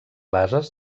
bases